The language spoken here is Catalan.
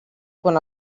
quan